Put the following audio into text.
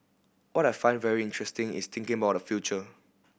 what I find very interesting is thinking about the future